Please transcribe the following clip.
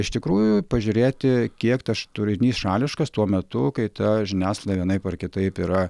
iš tikrųjų pažiūrėti kiek taš turinys šališkas tuo metu kai ta žiniasklaida vienaip ar kitaip yra